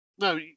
no